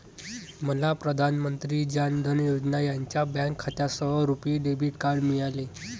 मला प्रधान मंत्री जान धन योजना यांच्या बँक खात्यासह रुपी डेबिट कार्ड मिळाले